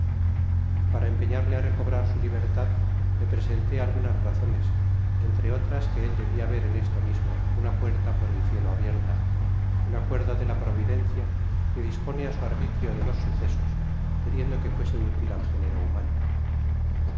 empeñarle á recobrar su libertad le presentó algu lias razones entro otras que el debia ver en estq mismo ana puerta por el cielo abierta un acuerdo de la procidencia que dispone á su arbitrio de los sucesos querjep do quefueseútil al género humano